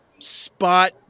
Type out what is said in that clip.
Spot